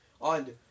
On